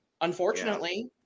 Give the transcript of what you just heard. unfortunately